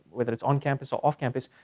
whether it's on campus or off campus,